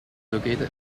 located